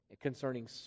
concerning